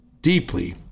deeply